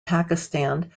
pakistan